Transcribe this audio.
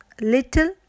little